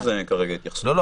סיגל,